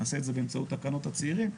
נעשה את זה באמצעות תקנות הצעירים.